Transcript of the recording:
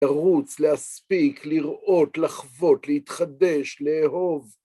לרוץ, להספיק, לראות, לחוות, להתחדש, לאהוב.